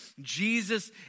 Jesus